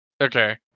Okay